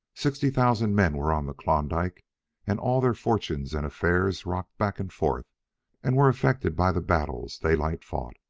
sixty thousand men were on the klondike and all their fortunes and affairs rocked back and forth and were affected by the battles daylight fought.